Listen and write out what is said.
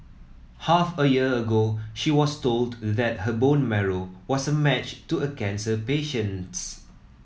half a year ago she was told that her bone marrow was a match to a cancer patient's